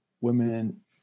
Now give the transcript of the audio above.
women